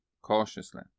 cautiously